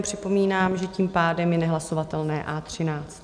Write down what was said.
Připomínám, že tím pádem není hlasovatelné A13.